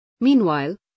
Meanwhile